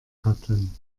hatten